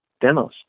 demos